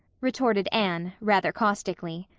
retorted anne, rather caustically.